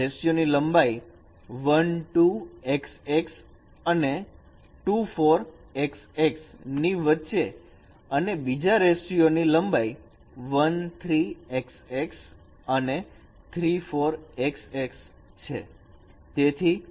રેશીયોની લંબાઈ | 1 2 X X અને | 2 4 X X ની વચ્ચે અને બીજા રેશીયો ની લંબાઈ | 1 3 X X and | 3 4 X X છે